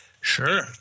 Sure